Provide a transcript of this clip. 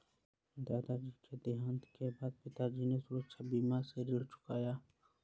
दादाजी के देहांत के बाद पिताजी ने सुरक्षा बीमा से ऋण चुकाया